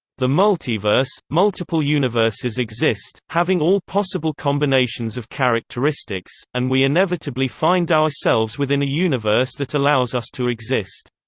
the multiverse multiple universes exist, having all possible combinations of characteristics, and we inevitably find ourselves within a universe that allows us to exist.